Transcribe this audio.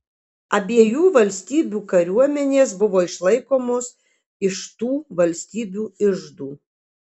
abiejų valstybių kariuomenės buvo išlaikomos iš tų valstybių iždų